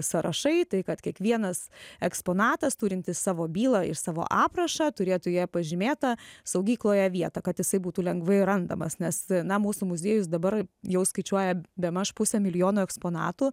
sąrašai tai kad kiekvienas eksponatas turintis savo bylą ir savo aprašą turėtų joje pažymėtą saugykloje vietą kad jisai būtų lengvai randamas nes na mūsų muziejus dabar jau skaičiuoja bemaž pusę milijono eksponatų